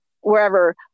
wherever